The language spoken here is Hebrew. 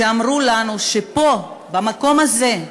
ואמרו לנו, שפה, במקום הזה,